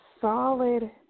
solid